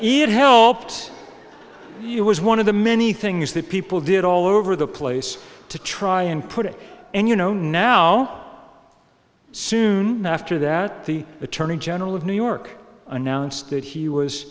n helped you was one of the many things that people did all over the place to try and put it and you know now soon after that the attorney general of new york announced that he was